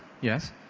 Yes